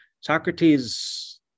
Socrates